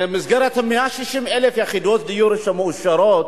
במסגרת 160,000 יחידות דיור שמאושרות,